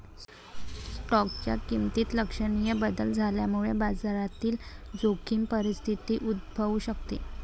स्टॉकच्या किमतीत लक्षणीय बदल झाल्यामुळे बाजारातील जोखीम परिस्थिती उद्भवू शकते